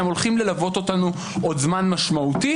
אלא הם הולכים ללוות אותנו עוד זמן משמעותי